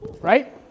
right